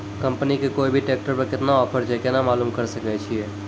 Company के कोय भी ट्रेक्टर पर केतना ऑफर छै केना मालूम करऽ सके छियै?